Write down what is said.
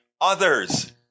others